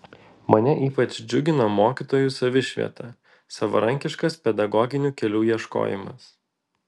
mane ypač džiugino mokytojų savišvieta savarankiškas pedagoginių kelių ieškojimas